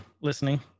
listening